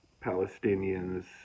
Palestinians